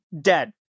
dead